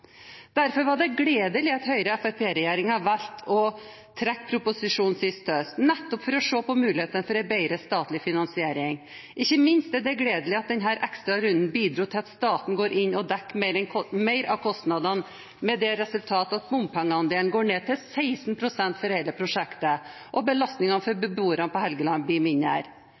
Derfor var det gledelig at Høyre–Fremskrittsparti-regjeringen valgte å trekke proposisjonen sist høst, nettopp for å se på muligheten for en bedre statlig finansiering. Ikke minst er det gledelig at denne ekstra runden bidro til at staten går inn og dekker mer av kostnadene, med det resultat at bompengeandelen går ned til 16 pst. for hele prosjektet, og belastningen for beboerne på Helgeland blir mindre.